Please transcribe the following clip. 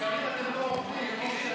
בסקרים אתם לא עוברים.